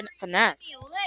finesse